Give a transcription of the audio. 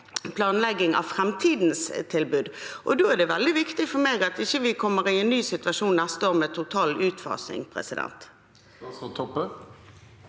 planlegging av framtidens tilbud. Da er det veldig viktig for meg at vi ikke kommer i en ny situasjon neste år med total utfasing.